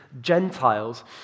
Gentiles